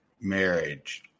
marriage